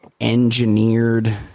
engineered